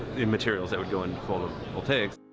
the materials that would go into photovoltaics.